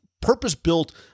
purpose-built